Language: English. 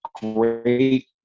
great